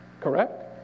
Correct